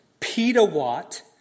petawatt